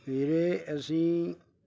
ਵੀਰੇ ਅਸੀਂ